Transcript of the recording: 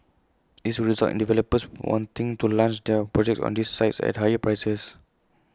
this will result in developers wanting to launch their projects on these sites at higher prices